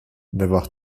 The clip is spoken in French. d’avoir